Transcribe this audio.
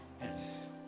Yes